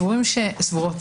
אנו סבורות